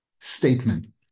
statement